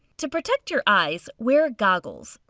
to protect your eyes, wear goggles.